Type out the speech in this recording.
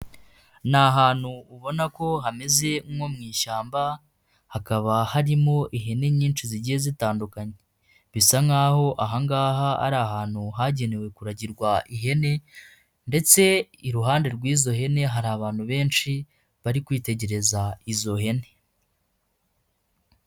Ni ahantutu ubona ko hameze nko mu ishyamba, hakaba harimo ihene nyinshi zigiye zitandukanye, bisa nkaho ahangaha ari ahantu hagenewe kuragirwa ihene ndetse iruhande rw'izo hene hari abantu benshi bari kwitegereza izo hene.